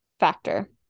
Factor